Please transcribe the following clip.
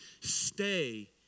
stay